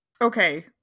okay